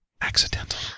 Accidental